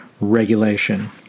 regulation